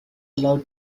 loud